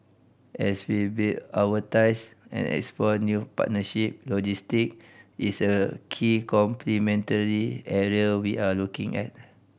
as we build our ties and explore new partnership logistic is a key complementary area we are looking at